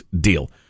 deal